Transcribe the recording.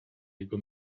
jego